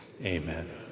amen